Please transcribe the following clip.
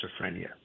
schizophrenia